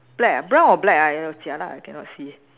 black ah brown or black ah jialat I cannot see